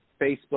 Facebook